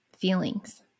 feelings